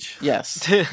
Yes